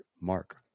Mark